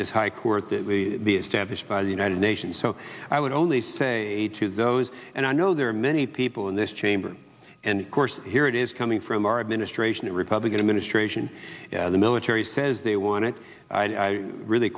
this high court that we be established by the united nations so i would only say to those and i know there are many people in this chamber and of course here it is coming from our administration the republican administration the military says they want to i really